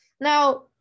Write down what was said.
Now